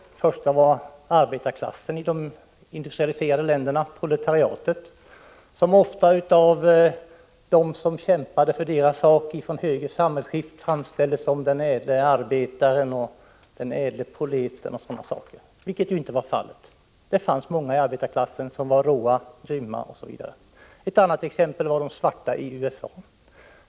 Det första var arbetarklassen, proletariatet, i de industrialiserade länderna, där den enskilde ofta av dem som från högre samhällsskikt kämpade för deras sak framställdes som den ädle arbetaren, den ädle proletären etc., vilket ju inte alltid stämde överens med verkligheten. Det fanns många inom arbetarklassen som var råa och grymma. Det andra exemplet var de svarta i USA.